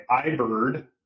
iBird